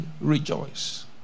rejoice